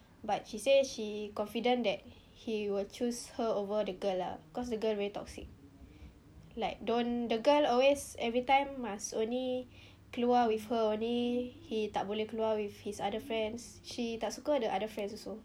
but she say she confident that he will choose her over the girl lah cause the girl very toxic like don't the girl always every time must only keluar with her only he tak boleh keluar with his other friends she tak suka the other friends also